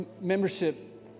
membership